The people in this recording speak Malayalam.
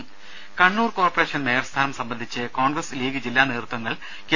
രദേശ കണ്ണൂർ കോർപ്പറേഷൻ മേയർ സ്ഥാനം സംബന്ധിച്ച് കോൺഗ്രസ് ലീഗ് ജില്ലാ നേതൃത്വങ്ങൾ കെ